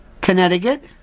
Connecticut